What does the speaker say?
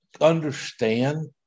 understand